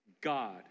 God